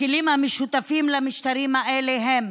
הכלים המשותפים למשטרים האלה הם